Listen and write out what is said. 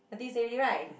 nothing to say already right